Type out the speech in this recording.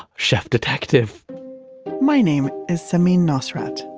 chef detective my name is samin nosrat,